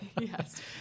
yes